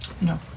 no